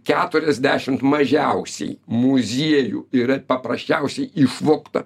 keturiasdešimt mažiausiai muziejų yra paprasčiausiai išvogta